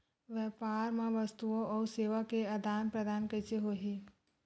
व्यापार मा वस्तुओ अउ सेवा के आदान प्रदान कइसे होही?